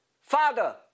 Father